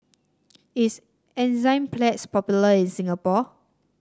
is Enzyplex popular in Singapore